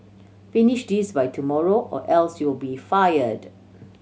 finish this by tomorrow or else you'll be fired